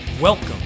Welcome